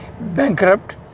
bankrupt